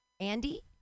Andy